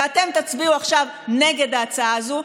ואתם תצביעו עכשיו נגד ההצעה הזו,